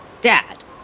Dad